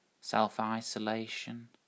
self-isolation